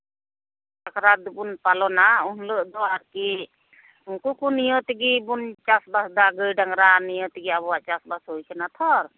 ᱥᱟᱠᱨᱟᱛ ᱵᱚᱱ ᱯᱟᱞᱚᱱᱟ ᱩᱱ ᱦᱤᱞᱚᱜ ᱫᱚ ᱟᱨᱠᱤ ᱩᱱᱠᱩ ᱠᱚ ᱱᱤᱭᱟᱹ ᱛᱮᱜᱮ ᱵᱚᱱ ᱪᱟᱥᱼᱵᱟᱥᱫᱟ ᱜᱟᱹᱭ ᱰᱟᱝᱨᱟ ᱱᱤᱭᱟᱹ ᱛᱮᱜᱮ ᱟᱵᱚᱣᱟᱜ ᱪᱟᱥᱼᱵᱟᱥ ᱦᱩᱭ ᱠᱟᱱᱟᱛᱷᱚ